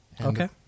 Okay